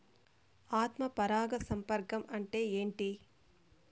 ఆత్మ పరాగ సంపర్కం అంటే ఏంటి?